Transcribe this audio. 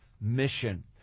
mission